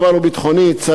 אני לא אכנס כרגע לזה.